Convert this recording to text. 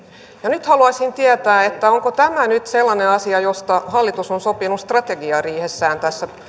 ja nyt haluaisin tietää onko tämä nyt sellainen asia josta hallitus on sopinut strategiariihessään tässä